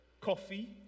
coffee